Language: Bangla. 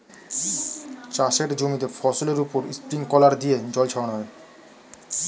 চাষের জমিতে ফসলের উপর স্প্রিংকলার দিয়ে জল ছড়ানো হয়